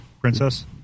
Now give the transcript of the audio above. Princess